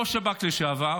ראש שב"כ לשעבר